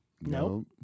No